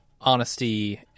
honesty